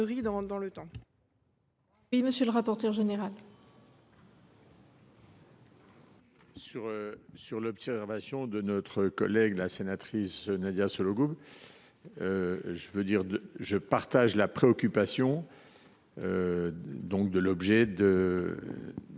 monsieur le rapporteur général,